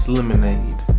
lemonade